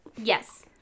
yes